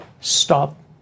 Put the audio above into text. stop